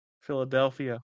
Philadelphia